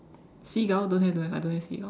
seagull don't have don't have I don't have seagull